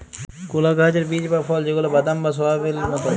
কলা গাহাচের বীজ বা ফল যেগলা বাদাম বা সয়াবেল মতল